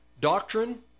Doctrine